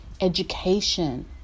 education